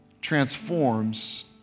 transforms